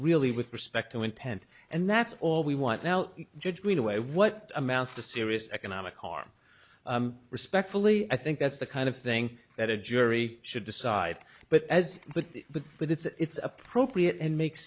really with respect to intent and that's all we want now judge me to weigh what amounts to serious economic harm respectfully i think that's the kind of thing that a jury should decide but as but but but it's appropriate and make